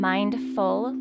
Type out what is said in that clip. Mindful